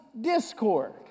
discord